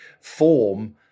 form